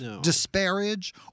disparage